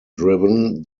driven